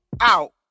out